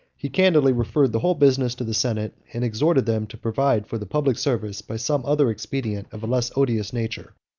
he candidly referred the whole business to the senate, and exhorted them to provide for the public service by some other expedient of a less odious nature.